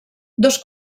dos